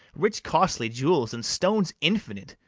rich costly jewels, and stones infinite,